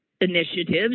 initiatives